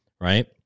right